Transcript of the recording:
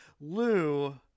Lou